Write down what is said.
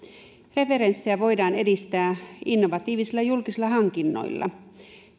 referenssejä voidaan edistää innovatiivisilla julkisilla hankinnoilla